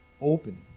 open